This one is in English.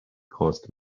caused